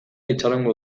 itxarongo